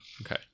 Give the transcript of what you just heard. Okay